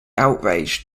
outraged